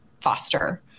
foster